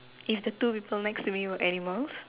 if the two people next to me were animals